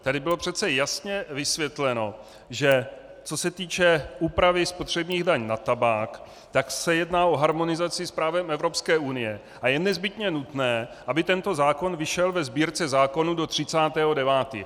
Tady bylo přece jasně vysvětleno, že co se týče úpravy spotřební daně na tabák, tak se jedná o harmonizaci s právem Evropské unie a je nezbytně nutné, aby tento zákon vyšel ve Sbírce zákonů do 30. 9.